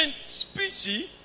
species